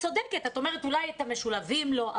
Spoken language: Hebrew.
צודקת, את אומרת אולי את המשולבים לא,